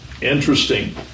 Interesting